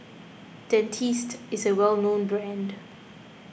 Dentiste is a well known brand